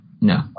No